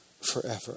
forever